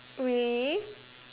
we